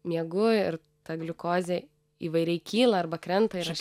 miegu ir ta gliukozė įvairiai kyla arba krenta ir aš